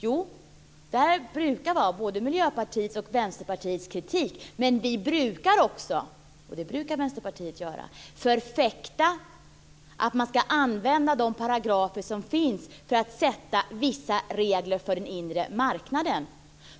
Ja, detta brukar vara både Miljöpartiets och Vänsterpartiets kritik. Men vi brukar också - alltså även Vänsterpartiet - förfäkta att man ska använda de paragrafer som finns för att sätta vissa regler för den inre marknaden.